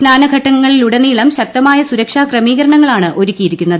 സ്നാന ഘട്ടങ്ങളിലുട നീളം ശക്തമായ സുരക്ഷാ ക്രമീകരണങ്ങളാണ് ഒരുക്കിയിരിക്കുന്നത്